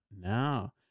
No